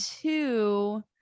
two